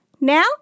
Now